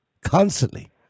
Constantly